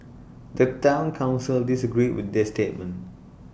the Town Council disagreed with this statement